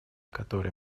которой